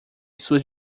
suas